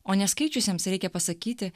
o neskaičiusiems reikia pasakyti